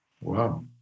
Wow